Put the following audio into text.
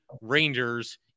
Rangers